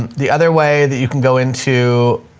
and the other way that you can go into